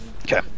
Okay